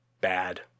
bad